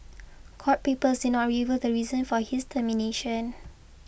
court papers not reveal the reason for his termination